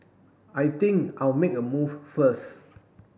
I think I'll make a move first